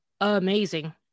amazing